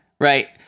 right